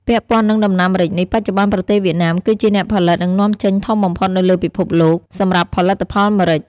ពាក់ព័ន្ធនឹងដំណាំ ម្រេចនេះ បច្ចុប្បន្នប្រទេសវៀតណាម គឺជាអ្នកផលិត និងនាំចេញធំបំផុតនៅលើពិភព លោក សម្រាប់ផលិតផលម្រេច ។